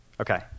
Okay